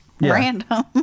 Random